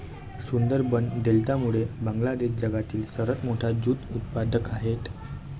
सुंदरबन डेल्टामुळे बांगलादेश जगातील सर्वात मोठा ज्यूट उत्पादक आहे